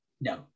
No